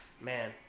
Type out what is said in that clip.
man